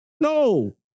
No